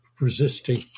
resisting